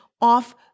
off